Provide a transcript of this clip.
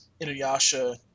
Inuyasha